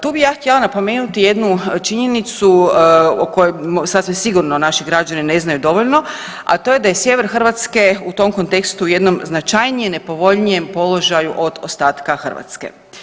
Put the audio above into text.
Tu bih ja htjela napomenuti jednu činjenicu o kojoj sasvim sigurno naši građani ne znaju dovoljno, a to je da je sjever Hrvatske u tom kontekstu u jednom značajnije nepovoljnijem položaju od ostatka Hrvatske.